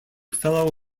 fellow